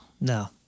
no